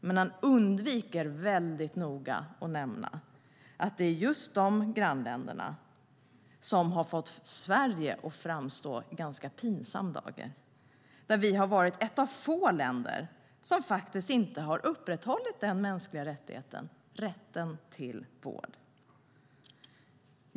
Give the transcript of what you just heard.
Men han undviker mycket noga att nämna att det är just dessa grannländer som har fått Sverige att framstå i ganska pinsam dager, där vi har varit ett av få länder som faktiskt inte har upprätthållit den mänskliga rättigheten om rätt till vård.